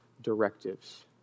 directives